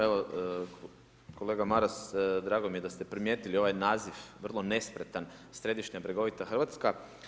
Evo, kolega Maras, drago mi je da ste primijetili ovaj naziv vrlo nespretan, središnja bregovita Hrvatska.